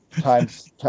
times